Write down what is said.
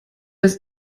das